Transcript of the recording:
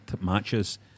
matches